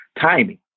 timing